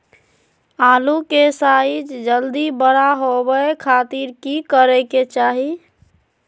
आलू के साइज जल्दी बड़ा होबे खातिर की करे के चाही?